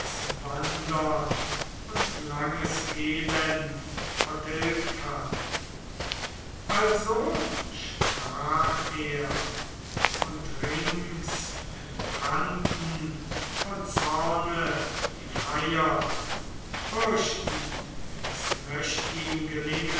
wandern und langes elend vertilgt hat also sprach er und rings entbrannten von zorne die freier fürchtend es möcht ihm gelingen